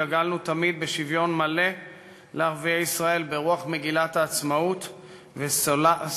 דגלנו תמיד בשוויון מלא לערביי ישראל ברוח מגילת העצמאות וסלדנו,